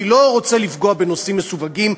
אני לא רוצה לפגוע בנושאים מסווגים,